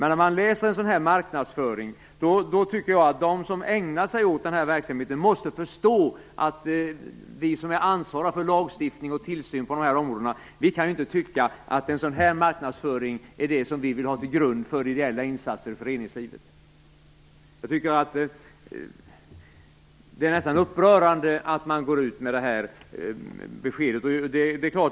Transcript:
När jag läser en sådan här marknadsföring tycker jag att de som ägnar sig åt denna verksamhet måste förstå att vi som är ansvariga för lagstiftning och tillsyn på dessa områden inte kan tycka att vi vill ha en sådan här marknadsföring till grund för ideella insatser i föreningslivet. Det är nästan upprörande att man går ut med detta besked.